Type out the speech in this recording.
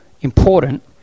important